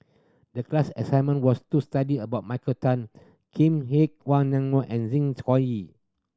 the class assignment was to study about Michael Tan Kim Nei Aline Wong and Zeng Shouyin